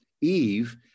Eve